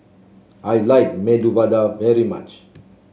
I like Medu Vada very much